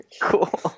Cool